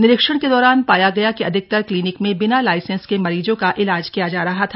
निरीक्षण के दौरान पाया गया कि अधिकतर क्लीनिक में बिना लाइसेंस के मरीजों का इलाज किया जा रहा था